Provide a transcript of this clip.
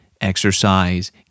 exercise